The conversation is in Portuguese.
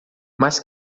mas